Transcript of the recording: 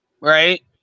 right